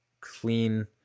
clean